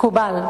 מקובל.